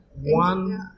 one